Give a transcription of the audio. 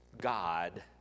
God